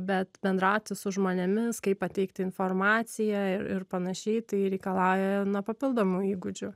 bet bendrauti su žmonėmis kaip pateikti informaciją ir ir panašiai tai reikalauja papildomų įgūdžių